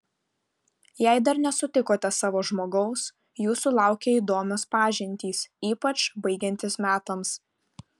jei dar nesutikote savo žmogaus jūsų laukia įdomios pažintys ypač baigiantis metams